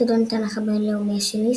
חידון התנ"ך הבינלאומי השני,